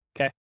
Okay